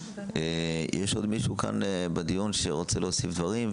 יש עוד מישהו כאן בדיון שרוצה להוסיף דברים,